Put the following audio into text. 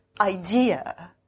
idea